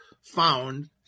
found